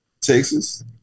Texas